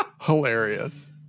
hilarious